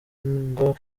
ngo